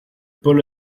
paul